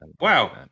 Wow